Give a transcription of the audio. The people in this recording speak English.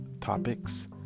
topics